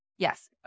Yes